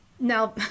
Now